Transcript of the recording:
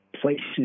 places